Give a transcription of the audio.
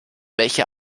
welche